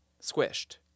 squished